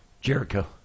Jericho